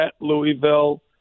Louisville